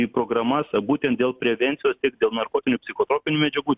į programas būtent dėl prevencijos tiek dėl narkotinių psichotropinių medžiagų